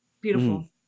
beautiful